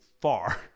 far